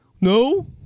No